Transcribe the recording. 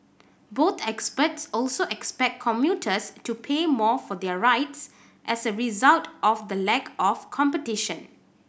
both experts also expect commuters to pay more for their rides as a result of the lack of competition